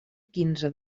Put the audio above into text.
quinze